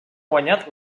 guanyat